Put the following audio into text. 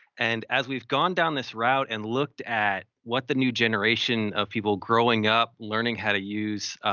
and as we've gone down this route and looked at what the new generation of people growing up learning how to use,